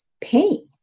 pain